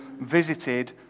visited